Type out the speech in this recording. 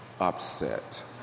upset